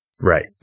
Right